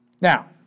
Now